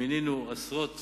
מינינו עשרות